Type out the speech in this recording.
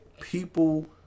people